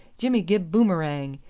jimmy gib boomerang.